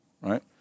Right